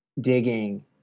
digging